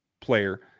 player